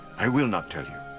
i will not tell you,